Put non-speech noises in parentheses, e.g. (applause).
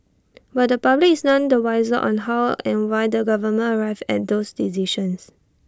(noise) but the public is none the wiser on how and why the government arrived at those decisions